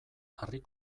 harri